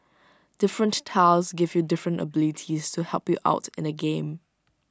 different tiles give you different abilities to help you out in the game